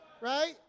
right